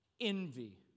envy